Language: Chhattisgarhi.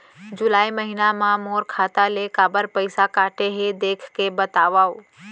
जुलाई महीना मा मोर खाता ले काबर पइसा कटे हे, देख के बतावव?